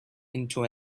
into